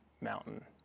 mountain